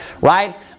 right